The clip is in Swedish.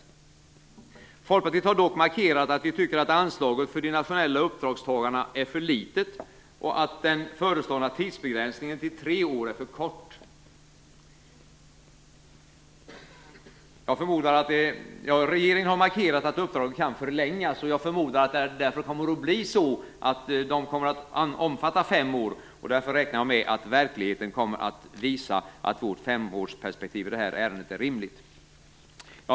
Vi i Folkpartiet har dock markerat att vi tycker att anslaget för de nationella uppdragstagarna är för litet och att den föreslagna tidsbegränsningen till tre år är för kort. Regeringen har markerat att uppdraget kan förlängas. Jag förmodar att det därför kommer att bli ett uppdrag på fem år, och därför räknar jag med att verkligheten kommer att visa att vårt femårsperspektiv i det här ärendet är rimligt.